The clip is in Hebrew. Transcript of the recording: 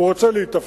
הוא רוצה להיתפס.